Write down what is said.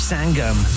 Sangam